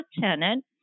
tenant